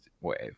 wave